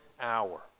hour